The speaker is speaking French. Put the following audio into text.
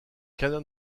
canon